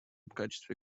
качестве